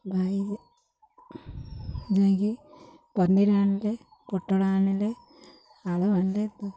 ଭାଇ ଯାଇକି ପନିର ଆଣିଲେ ପୋଟଳ ଆଣିଲେ ଆଳୁ ଆଣିଲେ